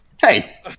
Hey